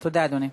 תודה, אדוני.